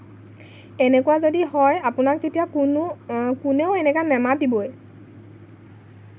এনেকুৱা যদি হয় আপোনাক তেতিয়া কোনো কোনেও এনেকা নামাতিবই